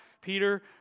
Peter